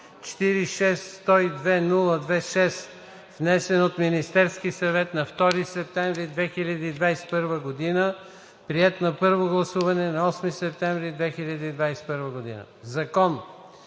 46-102-02-6, внесен от Министерския съвет на 2 септември 2021 г., приет на първо гласуване на 8 септември 2021 г.“ „Закон